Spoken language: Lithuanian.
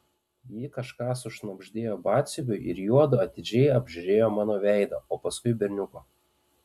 ji kažką sušnabždėjo batsiuviui ir juodu atidžiai apžiūrėjo mano veidą o paskui berniuko